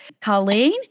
Colleen